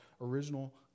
original